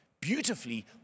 beautifully